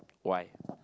why